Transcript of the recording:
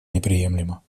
неприемлема